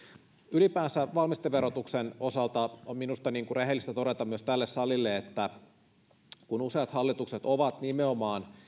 ylipäänsä valmisteverotuksen osalta on minusta niin kuin rehellistä todeta myös tälle salille että useat hallitukset ovat nimenomaan